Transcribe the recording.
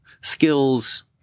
skills